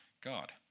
God